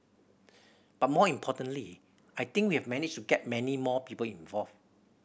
but more importantly I think we have managed to get many more people involved